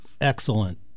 excellent